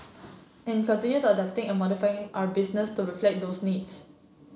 and continue adapting and modifying our business to reflect those needs